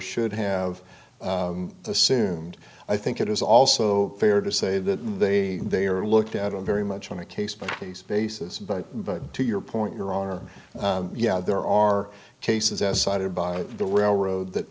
should have assumed i think it is also fair to say that they they are looked at on very much on a case by case basis but but to your point your honor yeah there are cases as cited by the railroad that